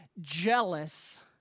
jealous